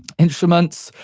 instruments,